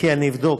כי אני אבדוק,